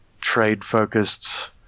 trade-focused